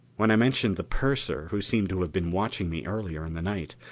when i mentioned the purser, who seemed to have been watching me earlier in the night,